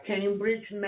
Cambridge